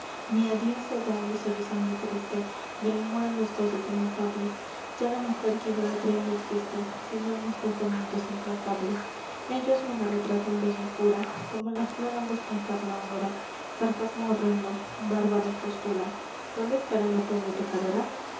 mi adios he dado sollozando y triste del amor á los goces inefables ya la mujer que idolatré no existe sino en mis pensamientos implacables ellos me la retratan bella y pura como la flor al despuntar la aurora sarcasmo horrendo bárbara impostura dónde estará la pobre pecadora